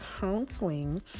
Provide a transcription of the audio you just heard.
counseling